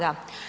Da.